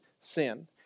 sin